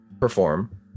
perform